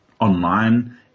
online